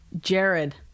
Jared